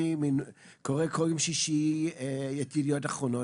אני קורא כל יום שישי את 'ידיעות אחרונות',